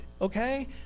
okay